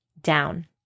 down